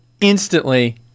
Instantly